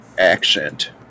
Accent